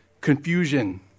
Confusion